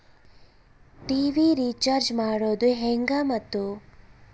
TV recharge ಮಾಡೋದು ಹೆಂಗ ಮತ್ತು?